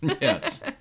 Yes